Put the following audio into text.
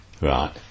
Right